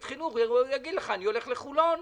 חינוך והוא יגיד לך: אני הולך לחולון.